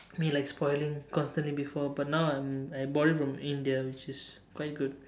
mean like spoiling constantly before but now I I bought it from India which is quite good